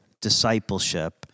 discipleship